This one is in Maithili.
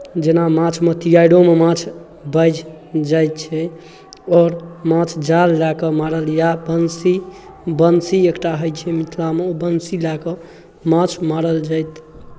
जेना माछमे तियैरोमे माछ बझि जाइ छै आओर माछ जाल लए कऽ मारल यए बंशी बंशी एकटा होइ छै मिथिलामे ओ बंशी लए कऽ माछ मारल जाइत